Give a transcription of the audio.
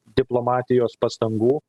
diplomatijos pastangų